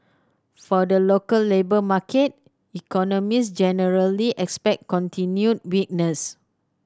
for the local labour market economists generally expect continued weakness